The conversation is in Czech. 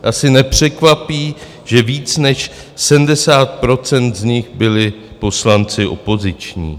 Asi nepřekvapí, že víc než 70 % z nich byli poslanci opoziční.